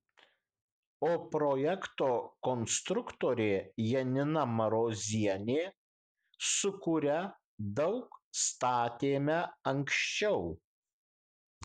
o projekto konstruktorė janina marozienė su kuria daug statėme anksčiau